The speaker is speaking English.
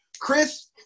Chris